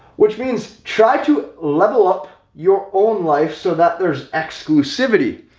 which means try to level up your own life so that there's exclusivity,